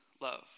love